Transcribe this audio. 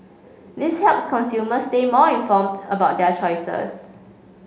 this helps consumers stay more informed about their choices